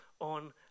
on